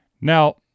Now